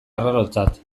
arrarotzat